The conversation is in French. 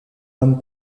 homme